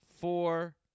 Four